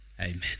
Amen